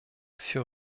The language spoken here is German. für